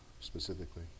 specifically